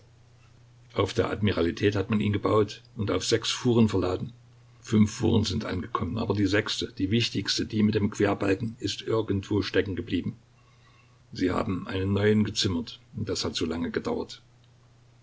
auf der admiralität hat man ihn gebaut und auf sechs fuhren verladen fünf fuhren sind angekommen aber die sechste die wichtigste die mit dem querbalken ist irgendwo steckengeblieben sie haben einen neuen gezimmert und das hat so lange gedauert